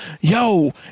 yo